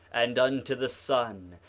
and unto the son,